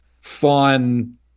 fun